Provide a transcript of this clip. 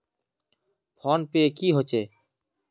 Phone पै की होचे?